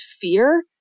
fear